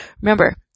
Remember